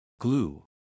Glue